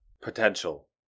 potential